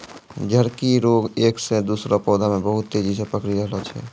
झड़की रोग एक से दुसरो पौधा मे बहुत तेजी से पकड़ी रहलो छै